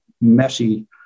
messy